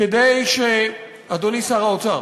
כדי, אדוני שר האוצר,